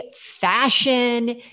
fashion